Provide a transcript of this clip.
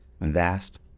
vast